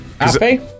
Happy